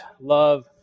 love